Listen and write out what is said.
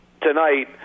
tonight